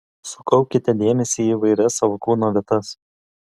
sukaupkite dėmesį į įvairias savo kūno vietas